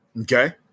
okay